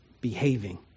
behaving